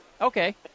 Okay